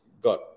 got